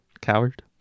Coward